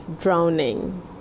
Drowning